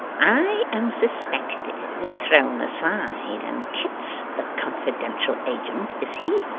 i am suspected and thrown aside, and kit's the confidential agent, is he?